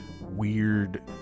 weird